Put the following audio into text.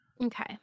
Okay